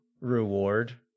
reward